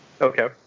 Okay